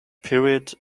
period